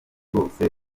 bose